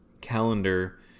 calendar